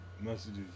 messages